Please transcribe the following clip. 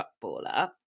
footballer